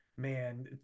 man